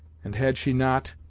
and had she not,